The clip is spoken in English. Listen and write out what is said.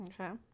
Okay